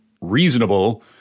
reasonable